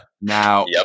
Now